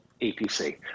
APC